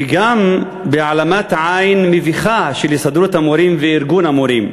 וגם בהעלמת עין מביכה של הסתדרות המורים וארגון המורים.